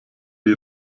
die